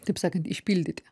taip sakant išpildyt ją